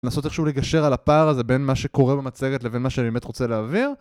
לנסות איכשהו לגשר על הפער הזה בין מה שקורה במצגת לבין מה שאני באמת רוצה להעביר